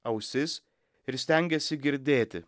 ausis ir stengiasi girdėti